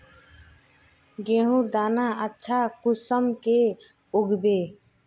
गेहूँर दाना अच्छा कुंसम के उगबे?